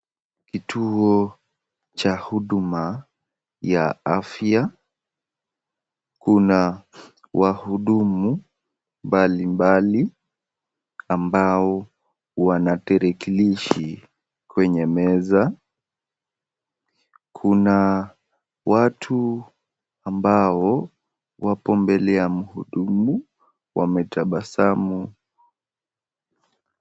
Kituo cha huduma ya afya. Kuna wahudumu mbali mbali wanaterekilishi kwenye meza. Kuana watu ambao wako mbele ya muhudumu wametabasamu.